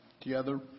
together